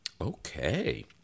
Okay